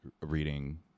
reading